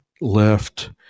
left